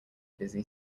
busy